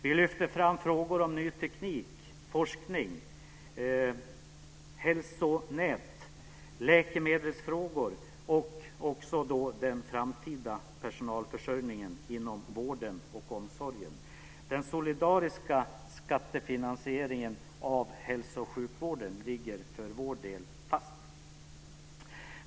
Vi lyfter fram frågor om ny teknik och forskning, hälsonät, läkemedel samt den framtida personalförsörjningen inom vården och omsorgen. Den solidariska skattefinansieringen av hälso och sjukvården ligger för vår del fast.